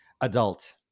Adult